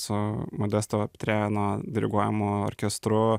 su modesto pitrėno diriguojamu orkestru